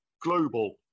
global